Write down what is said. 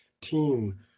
team